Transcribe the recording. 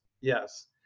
Yes